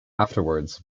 afterwards